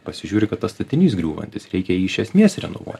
pasižiūri kad tas statinys griūvantis reikia jį iš esmės renovuot